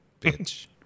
bitch